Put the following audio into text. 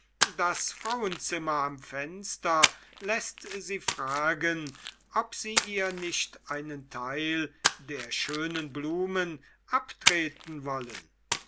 das frauenzimmer am fenster läßt sie fragen ob sie ihr nicht einen teil der schönen blumen abtreten wollen